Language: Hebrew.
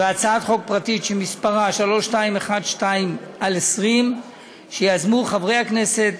והצעת חוק פרטית, מס' פ/3212/20, שיזמו חברי הכנסת